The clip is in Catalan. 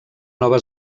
nova